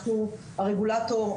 אנחנו הרגולטור.